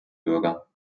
bürger